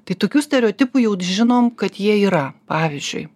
tai tokių stereotipų jau žinom kad jie yra pavyzdžiui